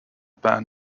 band